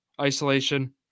isolation